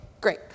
great